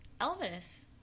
Elvis